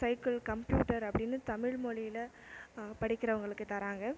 cycle computer அப்படின்னு தமிழ் மொழியில படிக்கிறவங்களுக்கு தராங்க